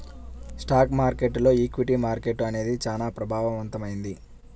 stock మార్కెట్టులో equity market అనేది చానా ప్రభావవంతమైంది